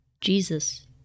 Jesus